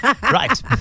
right